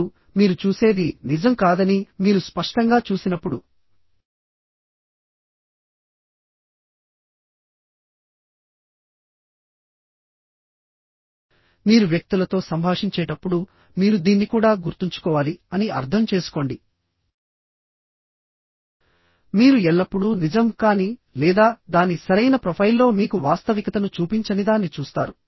ఇప్పుడు మీరు చూసేది నిజం కాదని మీరు స్పష్టంగా చూసినప్పుడు మీరు వ్యక్తులతో సంభాషించేటప్పుడు మీరు దీన్ని కూడా గుర్తుంచుకోవాలి అని అర్థం చేసుకోండి మీరు ఎల్లప్పుడూ నిజం కాని లేదా దాని సరైన ప్రొఫైల్లో మీకు వాస్తవికతను చూపించనిదాన్ని చూస్తారు